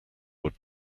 would